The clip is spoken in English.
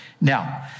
Now